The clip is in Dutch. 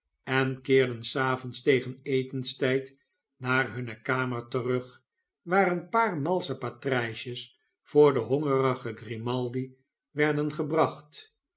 en keerden s avonds tegen etenstijd naar hunne kamer terug waar een paar malsche patrn'sjes voor den hongerigen grimaldi werden gebracht